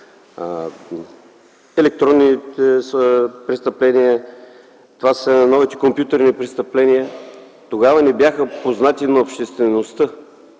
електронните комуникации – това са новите компютърни престъпления, тогава не бяха познати на обществеността.